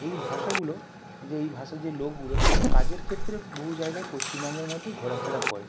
এই ভাষাগুলো যে এই ভাষা যে লোকগুলো কাজের ক্ষেত্রে বহু জায়গায় পশ্চিমবঙ্গের মধ্যে ঘোরাফেরা করে